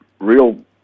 real